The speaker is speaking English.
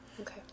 Okay